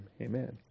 amen